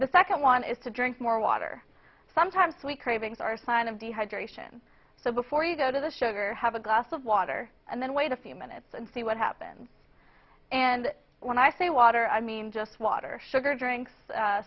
the second one is to drink more water sometimes we cravings are a sign of dehydration so before you go to the sugar have a glass of water and then wait a few minutes and see what happens and when i say water i mean just water sugary drinks